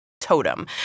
Totem